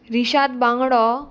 रिशाद बांगडो